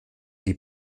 die